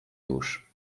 już